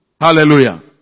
hallelujah